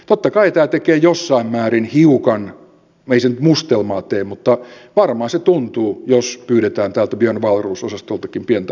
totta kai tämä tekee jossain määrin hiukan ei se nyt mustelmaa tee mutta varmaan se tuntuu jos pyydetään tältä björn wahlroos osastoltakin pientä panosta